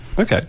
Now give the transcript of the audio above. Okay